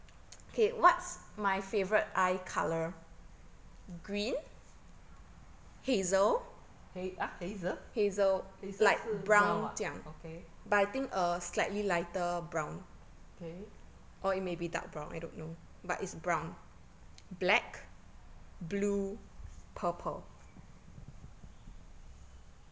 haze~ ah hazel hazel 是 brown ah okay okay